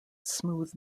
smooth